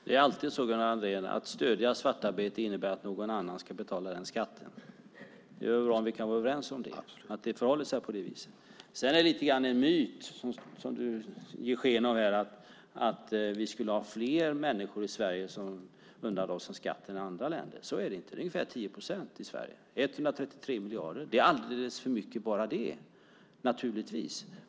Fru talman! Det är alltid så, Gunnar Andrén, att stödja svartarbete innebär att någon annan ska betala den skatten. Det är bra om vi kan vara överens om att det förhåller sig på det viset. Det är lite grann en myt som du ger sken av här, att vi skulle ha fler människor i Sverige som undandrar sig skatt än i andra länder. Så är det inte. Det är ungefär 10 procent i Sverige, 133 miljarder. Det är alldeles för mycket bara det naturligtvis.